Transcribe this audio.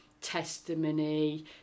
testimony